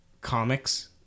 comics